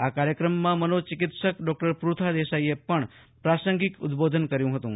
આ કાર્યક્રમમાં મનોચિકિત્સક ડોકટર પૃથા દેસાઈએ પણ પ્રાસંગિક ઉદબોધન કર્યું હતું